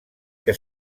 que